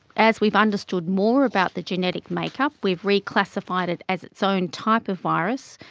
as we've understood more about the genetic make-up we've reclassified it as its own type of virus.